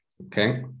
Okay